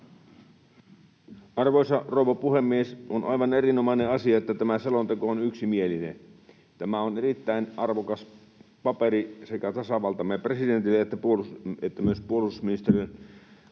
Arvoisa rouva puhemies! On aivan erinomainen asia, että tämä selonteko on yksimielinen. Tämä on erittäin arvokas paperi sekä tasavaltamme presidentille että myös puolustusministeriötä